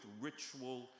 ritual